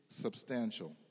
substantial